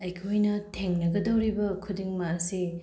ꯑꯩꯈꯣꯏꯅ ꯊꯦꯡꯅꯒꯗꯧꯔꯤꯕ ꯈꯨꯗꯤꯡꯃꯛ ꯑꯁꯤ